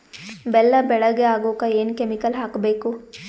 ಬೆಲ್ಲ ಬೆಳಗ ಆಗೋಕ ಏನ್ ಕೆಮಿಕಲ್ ಹಾಕ್ಬೇಕು?